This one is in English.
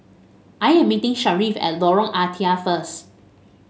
I am meeting Sharif at Lorong Ah Thia first